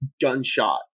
gunshot